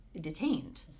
detained